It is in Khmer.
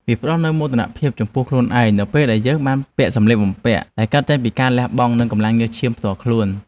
វាផ្ដល់នូវមោទនភាពចំពោះខ្លួនឯងនៅពេលដែលយើងបានពាក់សម្លៀកបំពាក់ដែលកើតចេញពីការលះបង់ និងកម្លាំងញើសឈាមផ្ទាល់ខ្លួន។